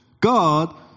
God